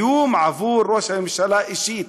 איום עבור ראש הממשלה אישית.